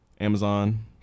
Amazon